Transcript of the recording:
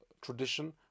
tradition